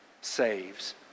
saves